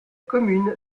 commune